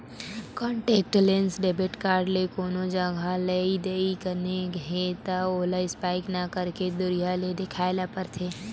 contactless debit card ले कोनो जघा लेवइ देवइ करना हे त ओला स्पाइप नइ करके दुरिहा ले देखाए ल परथे